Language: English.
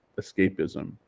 escapism